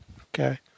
okay